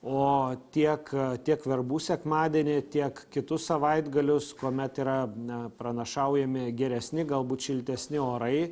o tiek tiek verbų sekmadienį tiek kitus savaitgalius kuomet yra na pranašaujami geresni galbūt šiltesni orai